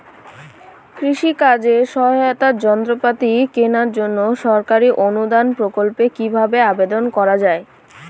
কৃষি কাজে সহায়তার যন্ত্রপাতি কেনার জন্য সরকারি অনুদান প্রকল্পে কীভাবে আবেদন করা য়ায়?